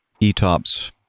ETOPS